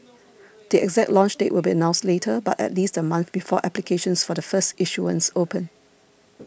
the exact launch date will be announced later but at least a month before applications for the first issuance open